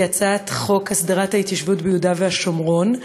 כי הצעת חוק הסדרת התיישבות ביהודה והשומרון,